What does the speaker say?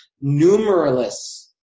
numerous